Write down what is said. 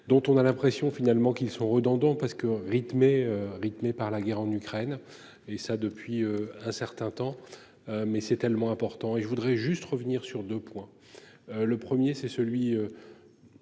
dont on a l'impression finalement qu'ils sont redondants parce que rythmé rythmée par la guerre en Ukraine et ça depuis un certain temps. Mais c'est tellement important et je voudrais juste revenir sur 2 points. Le 1er c'est celui.